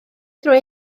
drwy